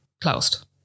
closed